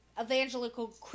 evangelical